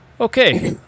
Okay